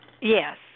Yes